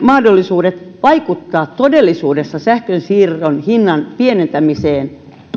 mahdollisuudet vaikuttaa todellisuudessa sähkönsiirron hinnan pienentämiseen